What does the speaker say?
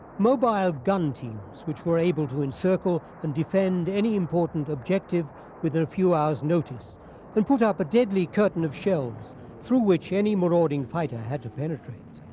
mobile gun teams which were able to encircle and defend any important objective with a few hours' notice and put up a deadly curtain of shells through which any marauding fighter had to penetrate.